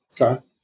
Okay